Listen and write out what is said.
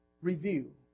review